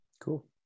Cool